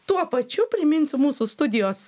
tuo pačiu priminsiu mūsų studijos